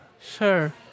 Sure